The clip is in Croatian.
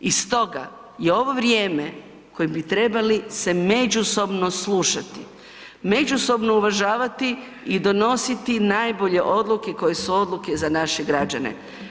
I stoga je ovo vrijeme u kojem bi trebali se međusobno slušati, međusobno uvažavati i donositi najbolje odluke koje su odluke za naše građane.